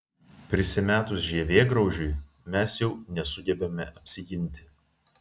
prisimetus žievėgraužiui mes jau nesugebame apsiginti